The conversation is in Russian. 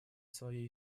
своей